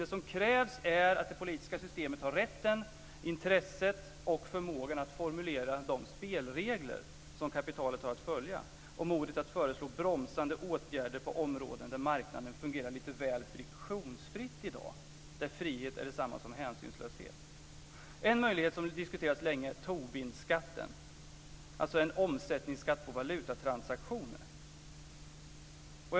Vad som krävs är att det politiska systemet har rätten, intresset för och förmågan att formulera de spelregler som kapitalet har att följa. Dessutom handlar det om modet att föreslå bromsande åtgärder på områden där marknaden fungerar lite väl friktionsfritt i dag och där frihet är detsamma som hänsynslöshet. En möjlighet som diskuterats länge är Tobinskatten, en omsättningsskatt på valutatransaktioner.